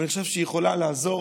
אבל אני חושב שהיא יכולה לעזור,